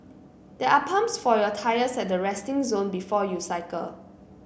there are pumps for your tyres at the resting zone before you cycle